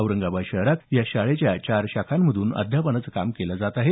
औरंगाबाद शहरात या शाळेच्या चार शाखांमधून अध्यापनाचं काम केलं जात आहे